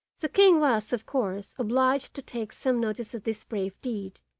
the king was, of course, obliged to take some notice of this brave deed,